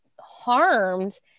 harmed